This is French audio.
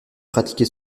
pratiqué